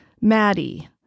Maddie